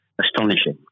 astonishing